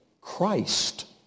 Christ